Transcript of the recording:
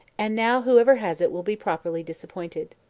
and now whoever has it will be properly disappointed!